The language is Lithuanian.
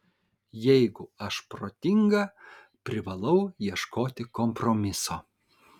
jeigu aš protinga privalau ieškoti kompromiso